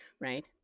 Right